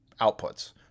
outputs